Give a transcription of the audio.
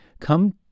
come